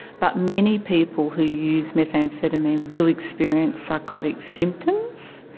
but many people who use methamphetamine will experience psychotic symptoms.